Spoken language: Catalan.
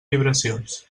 vibracions